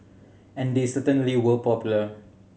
and they certainly were popular